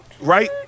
right